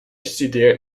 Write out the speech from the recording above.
studeert